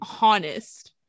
honest